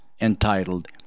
entitled